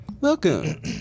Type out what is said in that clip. Welcome